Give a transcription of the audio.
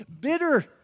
bitter